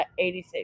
86